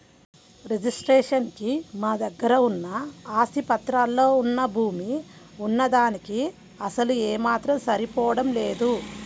registration కి మా దగ్గర ఉన్న ఆస్తి పత్రాల్లో వున్న భూమి వున్న దానికీ అసలు ఏమాత్రం సరిపోడం లేదు